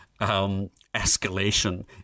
escalation